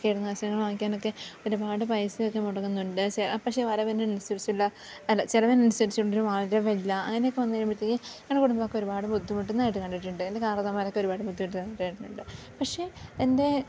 കീടനാശിനികൾ വാങ്ങിക്കാനൊക്കെ ഒരുപാട് പൈസയൊക്കെ മുടക്കുന്നുണ്ട് പഷേ വരവിനനുസരിച്ചുള്ള അല്ല ചെലവിനനുസരിച്ചുള്ളൊരു വരവില്ല അങ്ങനെയൊക്കെ വന്നു കഴിയുമ്പഴ്ത്തേക്കും ഞങ്ങടെ കുടുംബോക്കെ ഒരുപാട് ബുദ്ധിമുട്ടുന്നതായിട്ട് കണ്ടിട്ടുണ്ട് എൻ്റെ കാരണവർമാരൊക്കെ ഒരുപാട് ബുദ്ധിമുട്ടുന്നതായിട്ട് കണ്ടിട്ടുണ്ട് പക്ഷേ എൻ്റെ